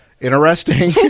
interesting